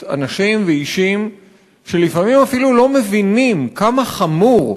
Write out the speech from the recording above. אנשים ואישים שלפעמים אפילו לא מבינים כמה חמורה